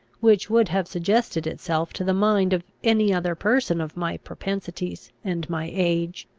which would have suggested itself to the mind of any other person of my propensities and my age.